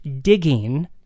digging